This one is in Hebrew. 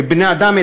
כבני-אדם,